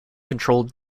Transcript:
controlled